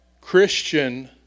Christian